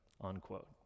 unquote